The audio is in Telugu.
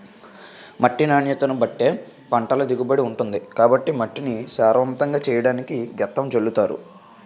మట్టి నాణ్యతను బట్టే పంటల దిగుబడి ఉంటుంది కాబట్టి మట్టిని సారవంతంగా చెయ్యడానికి గెత్తం జల్లుతారు